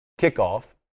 kickoff